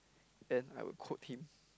then I will quote him